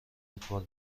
فوتبال